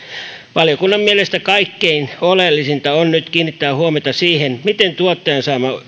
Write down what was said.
valiokunnan mielestä kaikkein oleellisinta on nyt kiinnittää huomiota siihen miten tuottajan